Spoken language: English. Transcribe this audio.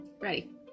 Ready